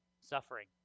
suffering